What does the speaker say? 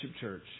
Church